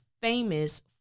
famous